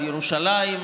ירושלים,